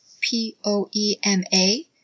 P-O-E-M-A